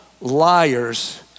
liars